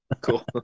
Cool